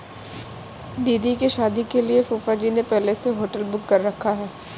दीदी की शादी के लिए फूफाजी ने पहले से होटल बुक कर रखा है